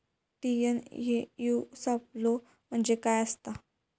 TNAU सापलो म्हणजे काय असतां?